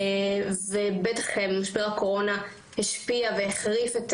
בטח משבר הקורונה השפיע והחריף את